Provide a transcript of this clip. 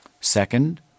Second